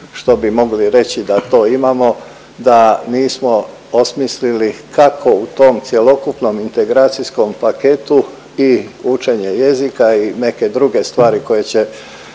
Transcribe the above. što bi mogli reći da to imamo, da nismo osmislili kako u tom cjelokupnom integracijskom paketu i učenje jezika i neke druge stvari koje će